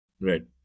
Right